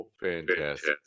fantastic